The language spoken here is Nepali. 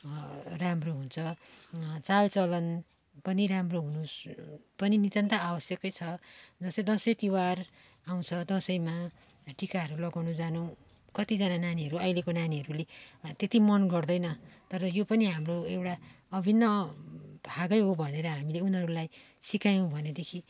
राम्रो हुन्छ चाल चलन पनि राम्रो हुनु पनि नितान्त आवश्यक छ जस्तो दसैँ तिहार आउँछ दसैँमा टिकाहरू लगाउन जानु कतिजना नानीहरू अहिलेको नानीहरूले त्यति मन गर्दैन तर यो पनि हाम्रो एउटा अभिन्न भाग हो भनेर हामीले उनीहरूलाई सिकायौँ भनेदेखि